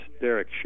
Derek